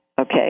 okay